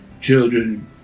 children